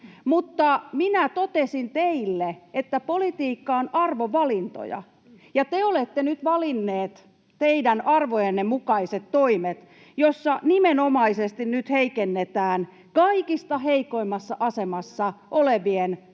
minä totesin teille, että politiikka on arvovalintoja. Ja te olette nyt valinneet teidän arvojenne mukaiset toimet, joissa nimenomaisesti nyt heikennetään kaikista heikoimmassa asemassa olevien nuorten